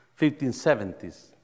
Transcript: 1570s